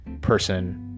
person